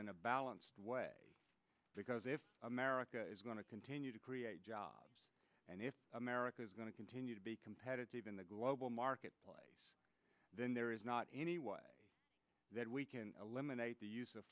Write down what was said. in a balanced way because if america is going to continue to create jobs and if america's going to continue to be competitive in the global marketplace then there is not any way that we can eliminate the use